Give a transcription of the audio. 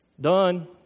Done